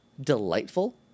delightful